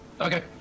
Okay